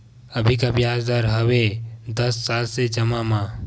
अभी का ब्याज दर हवे दस साल ले जमा मा?